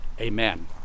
amen